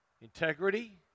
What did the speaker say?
Integrity